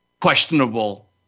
questionable